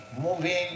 moving